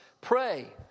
pray